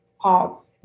Pause